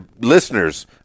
listeners